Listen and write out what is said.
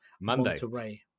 monday